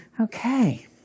Okay